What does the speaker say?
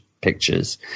pictures